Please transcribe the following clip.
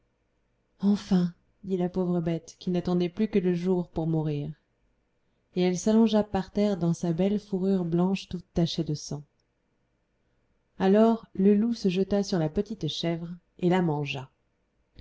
enfin dit la pauvre bête qui n'attendait plus que le jour pour mourir et elle s'allongea par terre dans sa belle fourrure blanche toute tachée de sang alors le loup se jeta sur la petite chèvre et la mangea